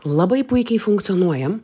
labai puikiai funkcionuojam